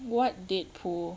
what deadpool